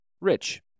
Rich